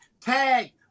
Tag